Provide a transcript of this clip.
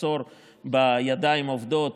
מחסור בידיים עובדות,